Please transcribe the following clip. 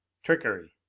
trickery.